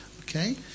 Okay